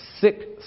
sick